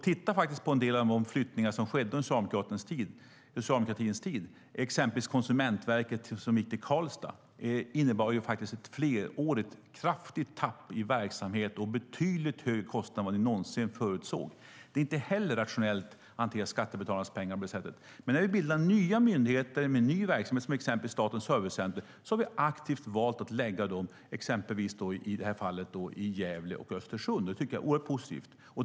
Titta på en del av de flyttningar som skedde under socialdemokratins tid! När till exempel Konsumentverket flyttades till Karlstad innebar det ett flerårigt kraftigt tapp i verksamhet och betydligt högre kostnader än vad ni någonsin förutsåg. Det är inte rationellt att hantera skattebetalarnas pengar på det sättet. När vi bildar nya myndigheter med nya verksamheter, till exempel Statens servicecenter, har vi dock aktivt valt att förlägga dem till i det här fallet Gävle och Östersund. Det tycker jag är oerhört positivt.